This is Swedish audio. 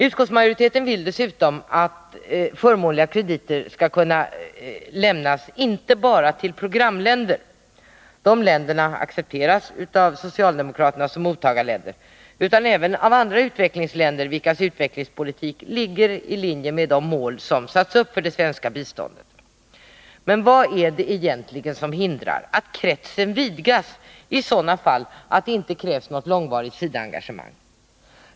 Utskottsmajoriteten vill dessutom att förmånliga krediter skall kurna lämnas, inte bara till programländer — de länderna accepteras av socialdemokraterna som mottagarländer — utan även till andra utvecklingsländer, vilkas utvecklingspolitik ligger i linje med de mål som satts upp för det svenska biståndet. Men vad är det egentligen som hindrar att kretsen vidgas i sådana fall då det inte krävs något långvarigt SIDA-engagemang?